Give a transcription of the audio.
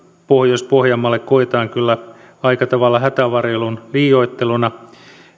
pohjois pohjanmaalle koetaan kyllä aika tavalla hätävarjelun liioitteluna